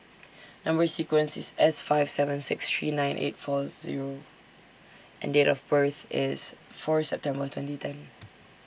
Number sequence IS S five seven six three nine eight four Zero and Date of birth IS Fourth September twenty ten